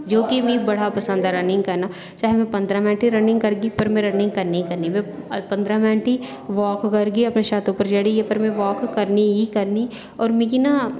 जो कि मिगी बडा पसंद ऐ रनिंग करना चाहे में पंदरा मिन्ट ही रनिंग करगी पर में रनिंग करनी गै करनी पंदरा मिन्ट ही वाक करगी अपने छत्त उपर चडियै पर में वाक करनी ही करनी होर मिगी ना